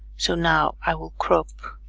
so now i will crop